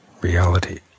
reality